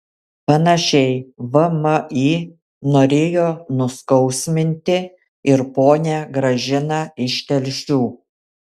panašiai vmi norėjo nuskausminti ir ponią gražiną iš telšių